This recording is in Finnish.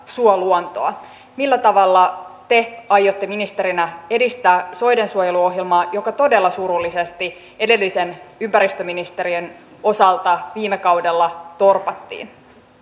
suoluontoa millä tavalla te aiotte ministerinä edistää soidensuojeluohjelmaa joka todella surullisesti edellisen ympäristöministerin osalta viime kaudella torpattiin